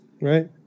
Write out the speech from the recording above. Right